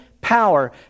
power